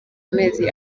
amezi